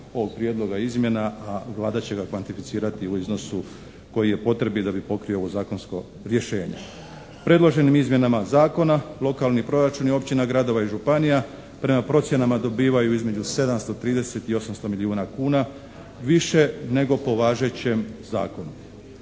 ovog prijedlog izmjena a Vlada će ga kvantificirati u iznosu koji je potrebi da bi pokrio ovo zakonsko rješenje. Predloženim izmjenama zakona lokalni proračuni općina, gradova i županija prema procjenama dobivaju između 730 i 800 milijuna kuna više nego po važećem zakonu.